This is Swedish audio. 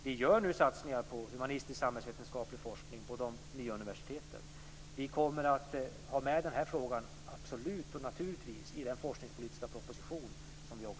Det görs nu satsningar på humanistisksamhällsvetenskaplig forskning på de nya universiteten. Vi kommer absolut att ha med den här frågan i den forskningspolitiska proposition som vi lägger fram i höst.